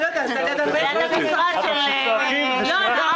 ליד משרד החינוך.